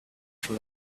from